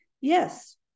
Yes